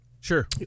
Sure